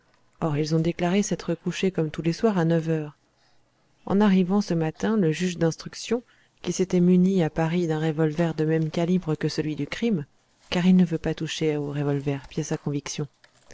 or ils ont déclaré s'être couchés comme tous les soirs à neuf heures en arrivant ce matin le juge d'instruction qui s'était muni à paris d'un revolver de même calibre que celui du crime car il ne veut pas toucher au revolver pièce à